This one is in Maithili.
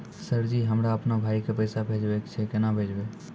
सर जी हमरा अपनो भाई के पैसा भेजबे के छै, केना भेजबे?